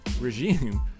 regime